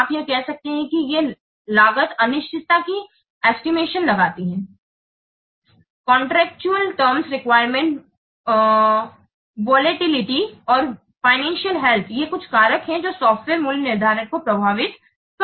आप यह कह सकते हैं कि ये लागत अनिश्चितता का एस्टिमेशन लगाती है संविदात्मक शर्तें आवश्यकताओं की अस्थिरता और वित्तीय स्वास्थ्य ये कुछ कारक हैं जो सॉफ़्टवेयर मूल्य निर्धारण को प्रभावित कर सकते हैं